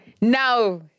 Now